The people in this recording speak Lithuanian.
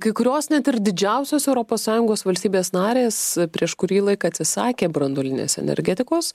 kai kurios net ir didžiausios europos sąjungos valstybės narės prieš kurį laiką atsisakė branduolinės energetikos